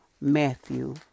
Matthew